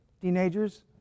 teenagers